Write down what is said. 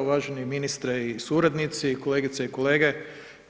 Uvaženi ministre i suradnici, kolegice i kolege